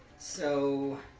so